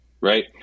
right